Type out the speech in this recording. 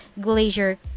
glacier